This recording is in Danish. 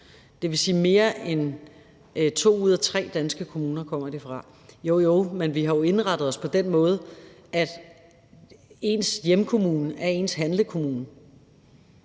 kommer fra mere end to ud af tre danske kommuner, og vi har jo indrettet os på den måde, at ens hjemkommune er ens handlekommune.